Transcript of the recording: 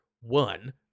one